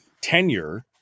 tenure